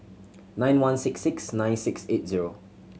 nine one six six nine six eight zero